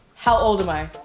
how old am i?